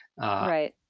Right